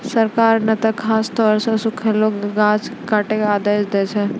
सरकार नॅ त खासतौर सॅ सूखलो गाछ ही काटै के आदेश दै छै